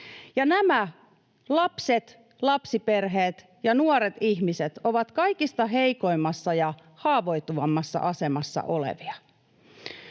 nämä lapset, lapsiperheet ja nuoret ihmiset ovat kaikista heikoimmassa ja haavoittuvimmassa asemassa olevia.